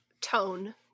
tone